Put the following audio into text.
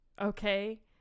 okay